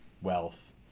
wealth